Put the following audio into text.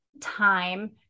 time